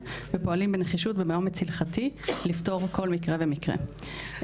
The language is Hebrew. ופועלים בנחישות ובאומץ הלכתי לפתור כל מקרה ומקרה.